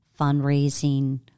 fundraising